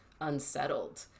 unsettled